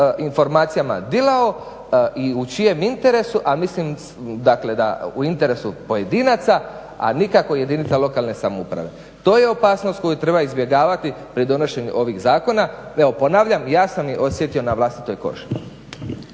informacijama dilao i u čijem interesu a mislim dakle da u interesu pojedinaca a nikako jedinica lokalne samouprave. To je opasnost koju treba izbjegavati pri donošenju ovih zakona. Evo ponavljam, ja sam je osjetio na vlastitoj koži.